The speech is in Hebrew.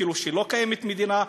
כאילו לא קיימת מדינה,